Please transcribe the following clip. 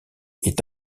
est